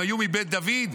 הם היו מבית דוד?